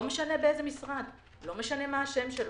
לא משנה באיזה משרד, לא משנה מה השם שלו.